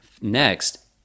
Next